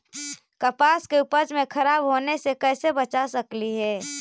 कपास के उपज के खराब होने से कैसे बचा सकेली?